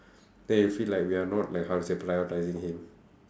then he feel like we are not like how to say prioritising him